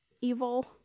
evil